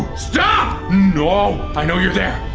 stop! no, i know you're there!